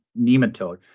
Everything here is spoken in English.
nematode